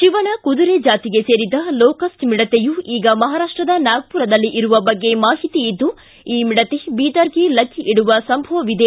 ಶಿವನ ಕುದುರೆ ಜಾತಿಗೆ ಸೇರಿದ ಲೋಕಸ್ಟ್ ಮಿಡತೆಯು ಈಗ ಮಹಾರಾಷ್ಟದ ನಾಗಪುರದಲ್ಲಿ ಇರುವ ಬಗ್ಗೆ ಮಾಹಿತಿ ಇದ್ದು ಈ ಮಿಡತೆ ಬೀದರ್ಗೆ ಲಗ್ಗ ಇಡುವ ಸಂಭವವಿದೆ